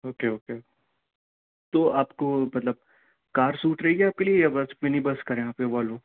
okay okay تو آپ کو مطلب کار سوٹ رہے گی آپ کے لیے یا بس منی بس کریں آپ کے لیے والوو